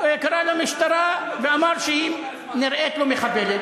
קרא למשטרה ואמר שהיא נראית לו מחבלת.